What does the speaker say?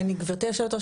גברתי היושבת-ראש,